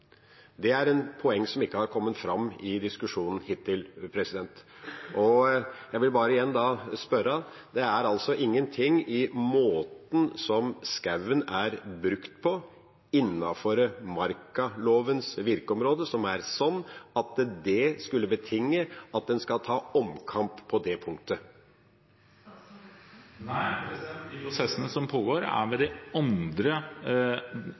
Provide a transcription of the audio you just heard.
reguleres på en annen måte enn det er regulert på i Oslomarka-loven. Det er et poeng som ikke har kommet fram i diskusjonen hittil. Jeg vil igjen spørre: Det er altså ingen ting i måten som skogen er brukt på innenfor markalovens virkeområde, som er sånn at det skulle betinge at en skal ta omkamp på det punktet. Nei, de prosessene som pågår, er med de andre